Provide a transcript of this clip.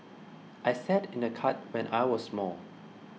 I sat in a cart when I was small